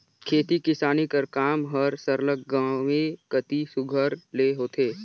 खेती किसानी कर काम हर सरलग गाँवें कती सुग्घर ले होथे